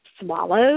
swallow